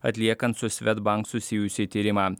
atliekant su svedbank susijusį tyrimą